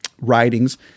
writings